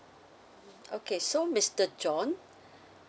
okay so mister john